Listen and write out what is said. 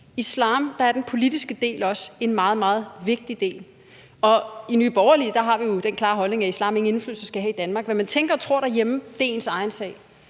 islam er den politiske del også en meget, meget vigtig del, og i Nye Borgerlige har vi jo den klare holdning, at islam ingen indflydelse skal have i Danmark. Hvad man tænker og tror derhjemme, er ens egen sag,